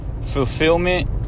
fulfillment